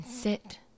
sit